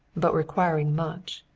but requiring much.